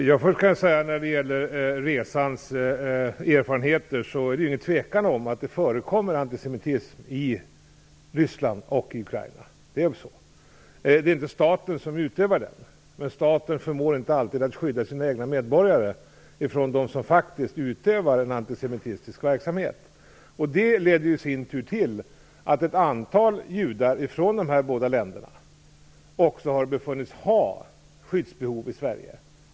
Herr talman! När det gäller erfarenheter från resan är det inget tvivel om att det förekommer antisemitism i Ryssland och i Ukraina. Det är ju så. Det är inte staten som utövar den, men staten förmår inte alltid att skydda sina egna medborgare från dem som faktiskt utövar en antisemitisk verksamhet. Det leder i sin tur till att ett antal judar från dessa båda länder också har befunnits ha skyddsbehov i Sverige.